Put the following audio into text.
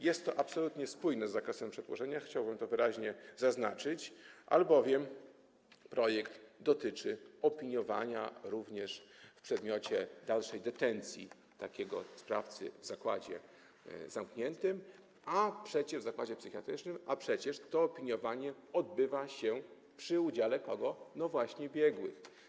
Jest to absolutnie spójne z zakresem przedłożenia, chciałbym to wyraźnie zaznaczyć, albowiem projekt dotyczy opiniowania również w przedmiocie dalszej detencji takiego sprawcy w zakładzie zamkniętym, w zakładzie psychiatrycznym, a przecież to opiniowanie obywa się właśnie z udziałem biegłych.